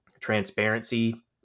transparency